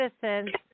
citizens